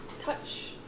touch